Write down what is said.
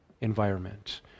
environment